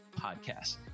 podcast